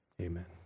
Amen